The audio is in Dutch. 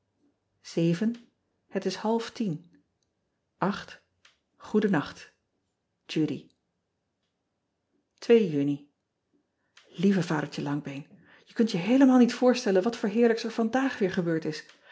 et is half tien oeden nacht udy uni ieve adertje angbeen e kunt je heelemaal niet voorstellen wat voor heerlijks er vandaag weer gebeurd is